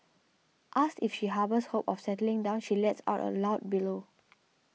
asked if she harbours hopes of settling down she lets out a loud bellow